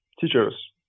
teachers